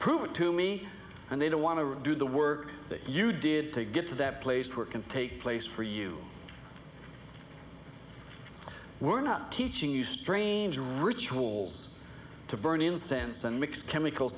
prove it to me and they don't want to do the work that you did to get to that place where can take place for you were not teaching you strange rituals to burn incense and mix chemicals